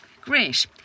Great